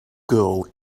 girl